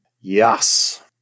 Yes